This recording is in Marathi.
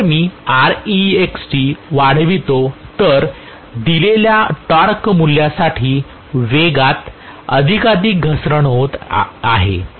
जर मी Raex वाढवितो तर दिलेल्या टॉर्क मूल्यासाठी वेगात अधिकाधिक घसरण होत आहे